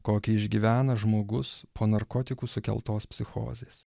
kokį išgyvena žmogus po narkotikų sukeltos psichozės